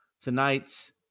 Tonight